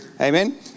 Amen